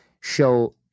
show